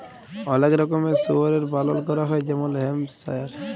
অলেক রকমের শুয়রের পালল ক্যরা হ্যয় যেমল হ্যাম্পশায়ার